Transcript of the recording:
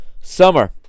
summer